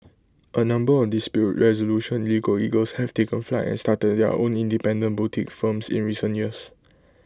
A number of dispute resolution legal eagles have taken flight and started their own independent boutique firms in recent years